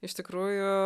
iš tikrųjų